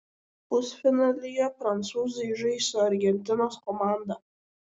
pusfinalyje prancūzai žais su argentinos komanda